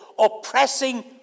Oppressing